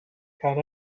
can